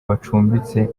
bacumbitse